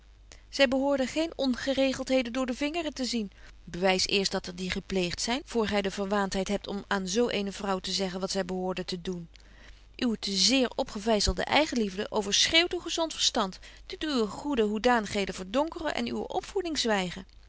zy behoorde geen ongeregeltheden door de vingeren te zien bewys eerst dat er die gepleegt zyn voor gy de verwaantheid hebt om aan zo eene vrouw te zeggen wat zy behoorde te doen uwe te zeer opgevyzelde eigenliefde overschreeuwt uw gezont verstand doet uwe goede hoedanigheden verdonkeren en uwe opvoeding zwygen